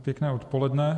Pěkné odpoledne.